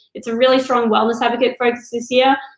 it's a really strong wellness advocate focus this year,